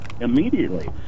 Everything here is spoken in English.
immediately